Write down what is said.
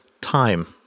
time